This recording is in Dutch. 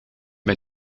bij